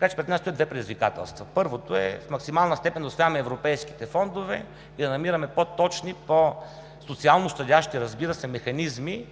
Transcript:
Пред нас стоят две предизвикателства. Първото е в максимална степен да усвояваме европейските фондове и да намираме по-точни, по-социално щадящи, разбира се, механизми